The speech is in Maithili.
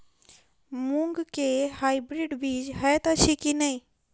मूँग केँ हाइब्रिड बीज हएत अछि की नै?